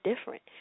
different